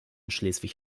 schleswig